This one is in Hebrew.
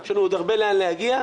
יש לנו עוד הרבה לאן להגיע.